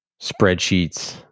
spreadsheets